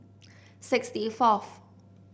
sixty fourth